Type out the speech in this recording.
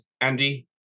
Andy